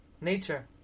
Nature